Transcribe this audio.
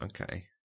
Okay